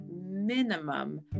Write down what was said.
minimum